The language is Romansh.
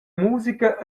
musica